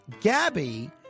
Gabby